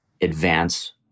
advance